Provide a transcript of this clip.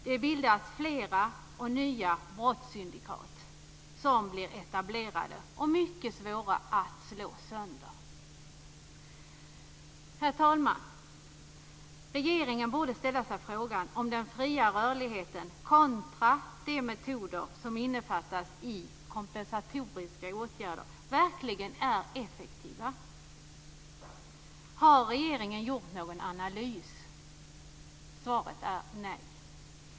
Det bildas flera och nya brottssyndikat, som blir etablerade och mycket svåra att slå sönder. Herr talman! Regeringen borde ställa sig frågan om den fria rörligheten kontra de metoder som innefattas i kompensatoriska åtgärder verkligen är effektiva. Har regeringen gjort någon analys? Svaret är nej.